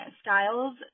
styles